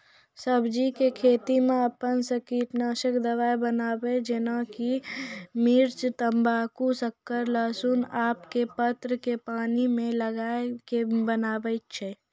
सब्जी के खेती मे अपन से कीटनासक दवा बनाबे जेना कि मिर्च तम्बाकू शक्कर लहसुन आक के पत्र के पानी मे गलाय के बनाबै छै?